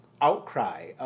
outcry